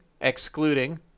excluding